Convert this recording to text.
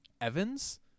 Evans